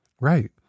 Right